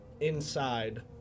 Inside